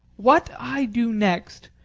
what i do next,